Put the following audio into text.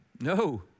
No